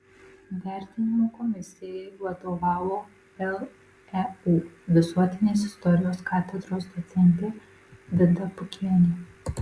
vertinimo komisijai vadovavo leu visuotinės istorijos katedros docentė vida pukienė